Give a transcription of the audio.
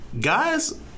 Guys